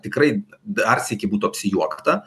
tikrai dar sykį būtų apsijuokta